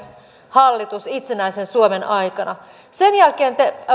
hallitus itsenäisen suomen aikana sen jälkeen te